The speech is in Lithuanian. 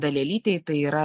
dalelytei tai yra